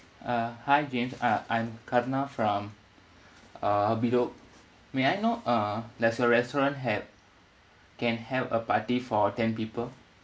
uh hi james uh I'm karna from uh bedok may I know uh does your restaurant have can have a party for ten people